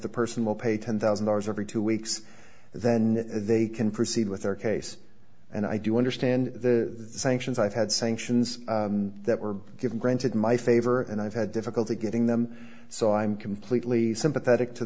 the person will pay ten thousand dollars every two weeks then they can proceed with their case and i do understand the sanctions i've had sanctions that were given granted in my favor and i've had difficulty getting them so i'm completely sympathetic to